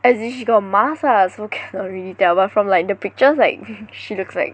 as in she got mask lah so cannot really tell but from like the pictures she looks like